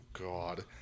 God